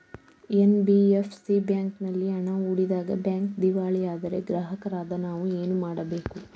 NBFC ಬ್ಯಾಂಕಿನಲ್ಲಿ ಹಣ ಹೂಡಿದಾಗ ಬ್ಯಾಂಕ್ ದಿವಾಳಿಯಾದರೆ ಗ್ರಾಹಕರಾದ ನಾವು ಏನು ಮಾಡಬೇಕು?